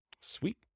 Sweet